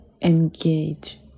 Engage